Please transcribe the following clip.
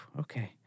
okay